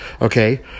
okay